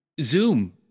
Zoom